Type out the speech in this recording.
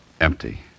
Empty